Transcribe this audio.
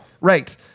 right